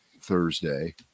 Thursday